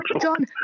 John